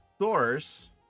source